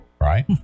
right